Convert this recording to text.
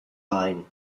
line